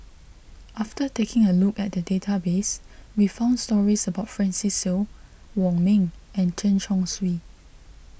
after taking a look at the database we found stories about Francis Seow Wong Ming and Chen Chong Swee